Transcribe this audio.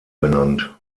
benannt